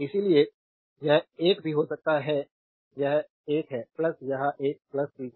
इसलिए यह एक भी हो सकता है यह एक है यह एक चीज है